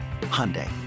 Hyundai